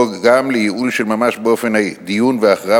וגם לייעול של ממש באופן הדיון וההכרעה